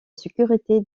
sécurité